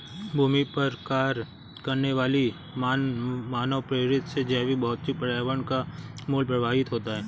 भूमि पर कार्य करने वाली मानवप्रेरित से जैवभौतिक पर्यावरण का मूल्य प्रभावित होता है